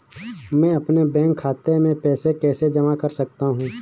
मैं अपने बैंक खाते में पैसे कैसे जमा कर सकता हूँ?